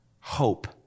Hope